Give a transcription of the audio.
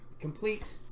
Complete